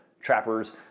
trappers